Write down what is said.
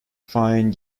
fine